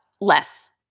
less